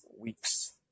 weeks